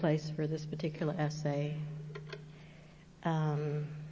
place for this particular essay